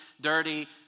dirty